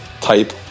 type